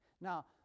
Now